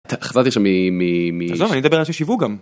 חזרתי לשם מ... מ... מ... עזוב, אני מדבר על אנשים ששילבו גם.